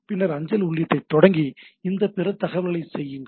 பின்னர் அஞ்சல் உள்ளீட்டைத் தொடங்கி இந்த பிற தகவல்களைச் செய்யுங்கள்